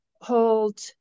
hold